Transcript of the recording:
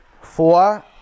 four